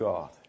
God